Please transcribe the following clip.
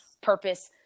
purpose